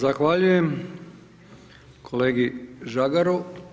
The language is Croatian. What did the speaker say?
Zahvaljujem kolegi Žagaru.